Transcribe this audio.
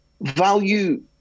value